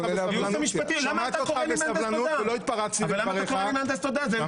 למה אתה קורא לי מהנדס תודעה?